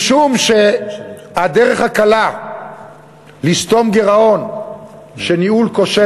משום שהדרך הקלה לסתום גירעון שניהול כושל